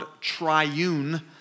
triune